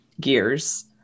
gears